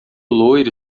loiro